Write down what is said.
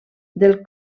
del